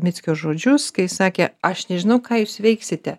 mickio žodžius kai jis sakė aš nežinau ką jūs veiksite